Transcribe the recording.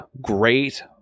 great